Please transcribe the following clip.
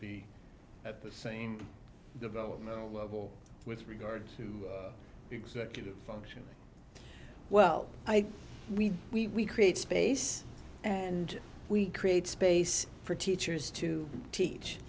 be at the same developmental level with regards to executive function well i think we we create space and we create space for teachers to teach